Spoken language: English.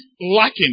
lacking